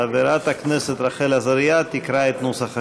חברת הכנסת רחל עזריה תקרא את נוסח השאילתה.